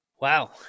Wow